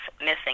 missing